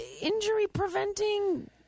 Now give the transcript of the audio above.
injury-preventing